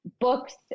books